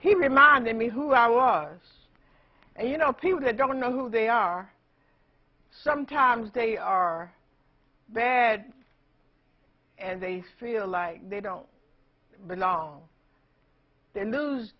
he reminded me who i was and you know people that don't know who they are sometimes they are bad and they feel like they don't belong there lose